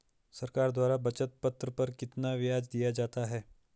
सरकार द्वारा बचत पत्र पर कितना ब्याज दिया जाता है?